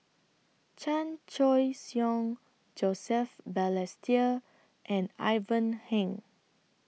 Chan Choy Siong Joseph Balestier and Ivan Heng